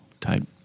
type